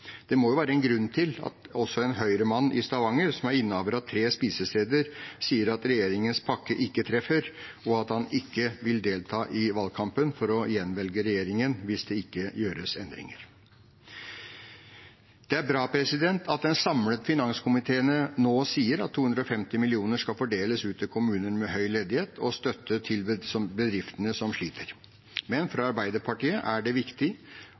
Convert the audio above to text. Det må være en grunn til at også en Høyre-mann i Stavanger, som er innehaver av tre spisesteder, sier at regjeringens pakker ikke treffer, og at han ikke vil delta i valgkampen for å gjenvelge regjeringen hvis det ikke gjøres endringer. Det er bra at en samlet finanskomité nå sier at 250 mill. kr skal fordeles ut til kommuner med høy ledighet for å støtte bedriftene som sliter, men for Arbeiderpartiet er det viktig